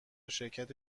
شرکت